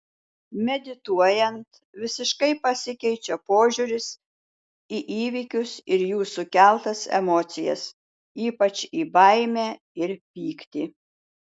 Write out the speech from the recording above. medituojant visiškai pasikeičia požiūris į įvykius ir jų sukeltas emocijas ypač į baimę ir pyktį